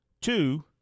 Two